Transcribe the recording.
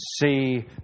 see